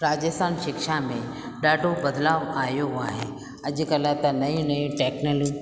राजस्थान शिक्षा में ॾाढो बदिलाउ आहियो आहे अॼुकल्ह त नयूं नयूं टेक्नलू